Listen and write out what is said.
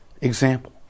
example